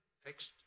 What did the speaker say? Fixed